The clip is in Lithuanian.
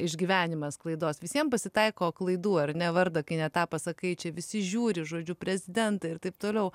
išgyvenimas klaidos visiem pasitaiko klaidų ar ne vardą kai ne tą pasakai čia visi žiūri žodžiu prezidentą ir taip toliau